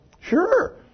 Sure